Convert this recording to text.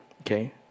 Okay